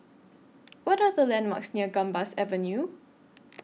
What Are The landmarks near Gambas Avenue